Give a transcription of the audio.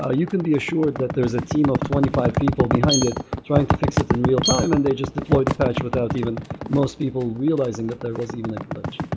ah you can be assured that there is a team of twenty five people behind it trying to fix it in real-time, and they just deploy the patch without even most people realizing that there was even a glitch.